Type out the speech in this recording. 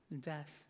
death